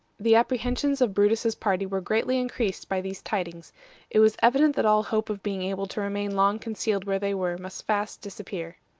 the apprehensions of brutus's party were greatly increased by these tidings it was evident that all hope of being able to remain long concealed where they were must fast disappear.